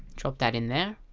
drop that in there